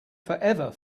forever